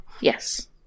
Yes